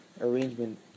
arrangement